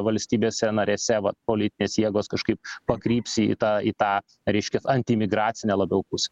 valstybėse narėse va politinės jėgos kažkaip pakryps į tą į tą reiškias antiimigracinę labiau pusę